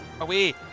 Away